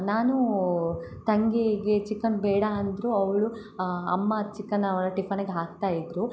ನಾನು ತಂಗಿಗೆ ಚಿಕನ್ ಬೇಡ ಅಂದರು ಅವಳು ಅಮ್ಮ ಚಿಕನ ಅವಳ ಟಿಫನಿಗೆ ಹಾಕ್ತಾಯಿದ್ದರು